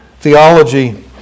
theology